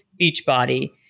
Beachbody